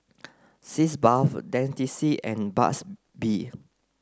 Sitz bath Dentiste and Burt's bee